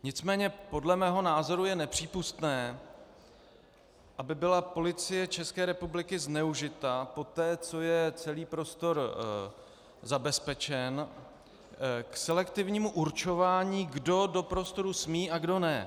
Nicméně podle mého názoru je nepřípustné, aby byla Policie České republiky zneužita poté, co je celý prostor zabezpečen, k selektivnímu určování, kdo do prostoru smí a kdo ne.